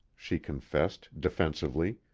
she confessed, defensively.